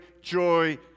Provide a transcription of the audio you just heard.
joy